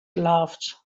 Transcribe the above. laughed